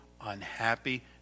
unhappy